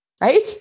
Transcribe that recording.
right